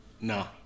No